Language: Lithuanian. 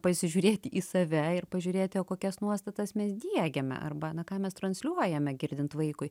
pasižiūrėti į save ir pažiūrėti o kokias nuostatas mes diegiame arba na ką mes transliuojame girdint vaikui